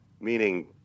Meaning